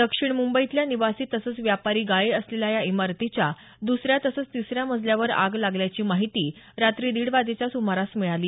दक्षिण मुंबईतल्या निवासी तसंच व्यापारी गाळे असलेल्या या इमारतीच्या दुसऱ्या तसंच तिसऱ्या मजल्यावर आग लागल्याची माहिती रात्री दीड वाजेच्या सुमारास मिळाली